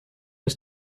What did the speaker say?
his